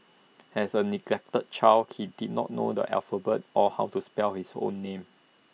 as A neglected child he did not know the alphabet or how to spell his own name